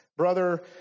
Brother